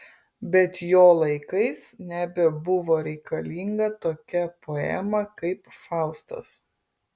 bet jo laikais nebebuvo reikalinga tokia poema kaip faustas